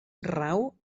rau